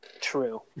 true